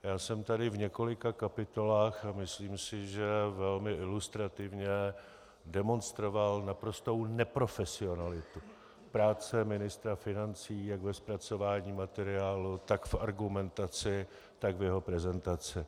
Já jsem tady v několika kapitolách, a myslím si, že velmi ilustrativně, demonstroval naprostou neprofesionalitu práce ministra financí jak ve zpracování materiálu, tak v argumentaci, tak v jeho prezentaci.